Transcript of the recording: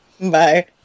Bye